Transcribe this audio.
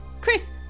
Chris